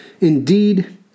Indeed